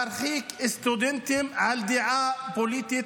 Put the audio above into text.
להרחיק סטודנטים על דעה פוליטית.